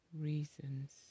reasons